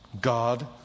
God